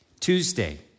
Tuesday